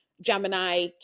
Gemini